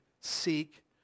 seek